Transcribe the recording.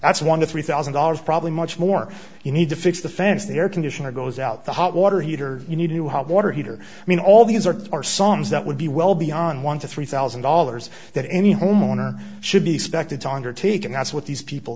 that's one dollar to three thousand dollars probably much more you need to fix the fans the air conditioner goes out the hot water heater you need a new hot water heater i mean all these are are songs that would be well beyond one to three thousand dollars that any homeowner should be expected to undertake and that's what these people